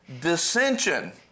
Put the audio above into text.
dissension